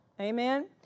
amen